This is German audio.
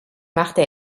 machte